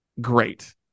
great